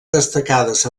destacades